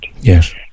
Yes